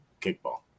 kickball